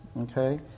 Okay